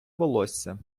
волосся